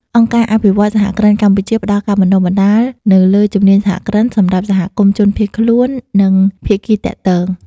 អង្គការអភិវឌ្ឍន៍សហគ្រិនកម្ពុជា ផ្តល់ការបណ្តុះបណ្តាលនៅលើជំនាញសហគ្រិន សម្រាប់សហគមន៍ជនភៀសខ្លួន និងភាគីទាក់ទង។